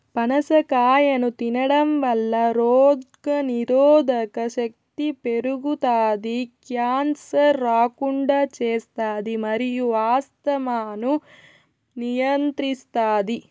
పనస కాయను తినడంవల్ల రోగనిరోధక శక్తి పెరుగుతాది, క్యాన్సర్ రాకుండా చేస్తాది మరియు ఆస్తమాను నియంత్రిస్తాది